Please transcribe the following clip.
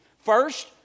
First